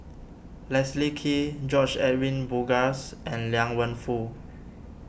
Leslie Kee George Edwin Bogaars and Liang Wenfu